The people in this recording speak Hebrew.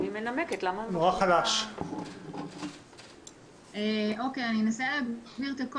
הצעת החוק הראשונה מבקשת להסמיך את משטרת ישראל